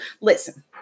Listen